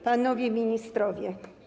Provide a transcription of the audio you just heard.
Panowie Ministrowie!